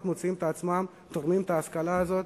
הם מוצאים את עצמם תורמים את ההשכלה הזאת